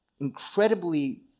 incredibly